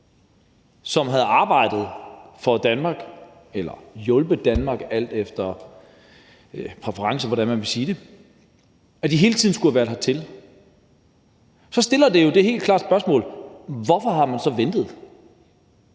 som havde arbejdet for Danmark eller hjulpet Danmark, alt efter præferencer, hvordan man vil sige det, altså at de hele tiden skulle være kommet hertil, så stiller det jo det helt klare spørgsmål: Hvorfor har man så ventet?